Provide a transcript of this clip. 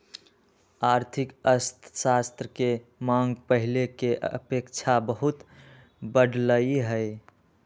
आर्थिक अर्थशास्त्र के मांग पहिले के अपेक्षा बहुते बढ़लइ ह